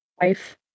wife